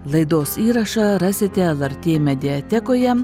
laidos įrašą rasite lrt mediatekoje